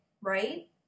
right